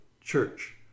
Church